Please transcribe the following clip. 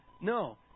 No